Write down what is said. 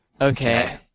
Okay